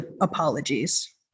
apologies